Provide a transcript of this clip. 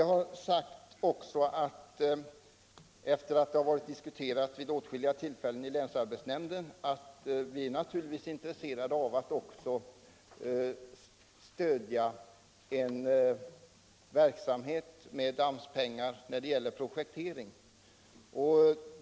Herr talman! Efter diskussion i länsarbetsnämnden vid åtskilliga tillfällen har vi sagt att vi naturligtvis också är intresserade av att med AMS-pengar stödja en verksamhet när det gäller projektering.